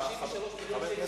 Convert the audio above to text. דיברתי אתו היום.